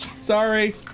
Sorry